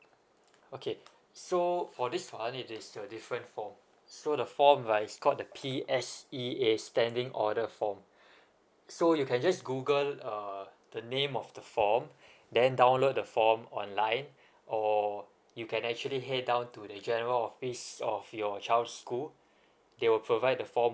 okay so for this [one] it is a different form so the form right is called the P_S_E_A standing order form so you can just Google uh the name of the form then download the form online or you can actually head down to the general office of your child's school they will provide the form